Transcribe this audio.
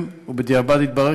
כנסת נכבדה,